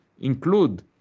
include